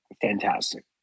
fantastic